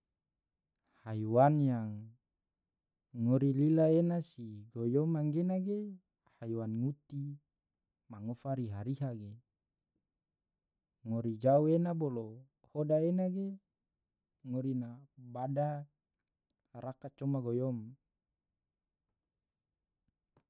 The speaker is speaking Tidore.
haiwan yang ngori lila ena si goyom anggena ge haiwan nguti ma ngofa riha-riha ge, ngori jau ena bolo hoda ena ge ngori na bada raka coma goyom.